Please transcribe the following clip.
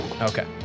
Okay